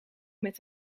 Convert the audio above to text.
met